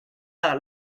par